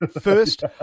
first